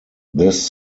this